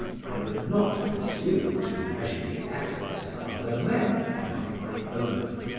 i would not presume to measure the efforts of other men by my own.